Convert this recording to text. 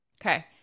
Okay